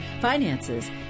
finances